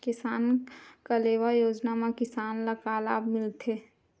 किसान कलेवा योजना म किसान ल का लाभ मिलथे?